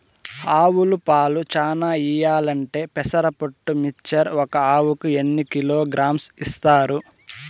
ఆవులు పాలు చానా ఇయ్యాలంటే పెసర పొట్టు మిక్చర్ ఒక ఆవుకు ఎన్ని కిలోగ్రామ్స్ ఇస్తారు?